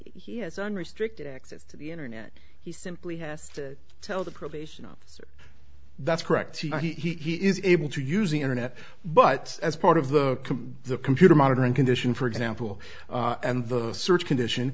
he has unrestricted access to the internet he simply has to tell the probation officer that's correct he is able to use the internet but as part of the the computer monitoring condition for example and the search condition